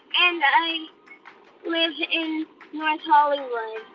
and i live in north hollywood.